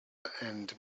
and